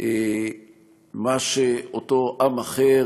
מה שאותו עם אחר,